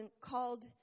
called